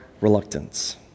reluctance